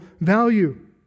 value